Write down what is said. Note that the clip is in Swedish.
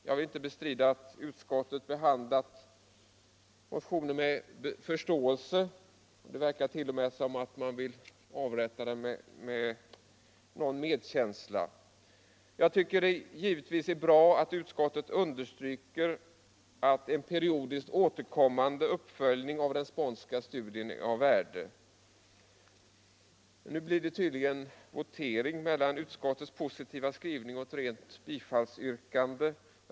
Jag vill inte bestrida = att utskottet behandlar min motion med viss förståelse. Det verkart.o.m. — Utredning rörande som om man vill avrätta den med någon medkänsla. Jag tycker givetvis förmögenhetsföratt det är bra att utskottet understryker att en periodiskt återkommande = delningen uppföljning av den Spåntska studien är av värde. Nu blir det tydligen votering mellan utskottets positiva skrivning och ett rent bifallsyrkande.